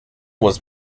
was